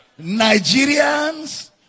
Nigerians